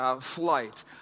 flight